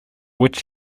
which